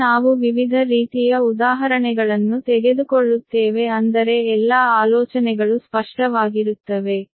ಮುಂದೆ ನಾವು ವಿವಿಧ ರೀತಿಯ ಉದಾಹರಣೆಗಳನ್ನು ತೆಗೆದುಕೊಳ್ಳುತ್ತೇವೆ ಅಂದರೆ ಎಲ್ಲಾ ಆಲೋಚನೆಗಳು ಸ್ಪಷ್ಟವಾಗಿರುತ್ತವೆ